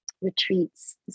retreats